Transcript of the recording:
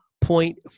point